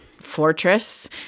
fortress